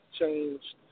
changed